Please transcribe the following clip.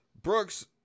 brooks